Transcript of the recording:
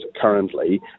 currently